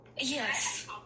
Yes